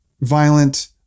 violent